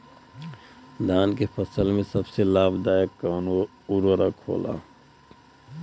धान के फसल में सबसे लाभ दायक कवन उर्वरक होला?